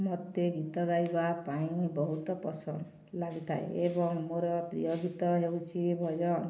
ମତେ ଗୀତ ଗାଇବା ପାଇଁ ବହୁତ ପସନ୍ଦ ଲାଗିଥାଏ ଏବଂ ମୋର ପ୍ରିୟ ଗୀତ ହେଉଛି ଭଜନ